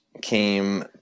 came